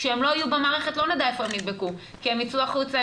כשהם לא יהיו במערכת לא נדע איפה הם נדבקו כי הם יצאו החוצה,